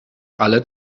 ale